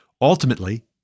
ultimately